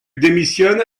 démissionne